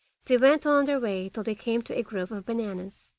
they went on their way till they came to a grove of bananas.